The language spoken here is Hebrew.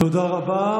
תודה רבה.